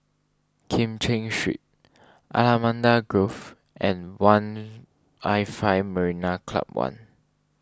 Kim Cheng Street Allamanda Grove and one'l Five Marina Club one